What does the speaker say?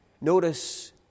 Notice